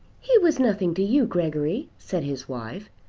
he was nothing to you, gregory, said his wife,